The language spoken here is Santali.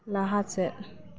ᱞᱟᱦᱟ ᱥᱮᱫ